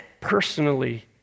personally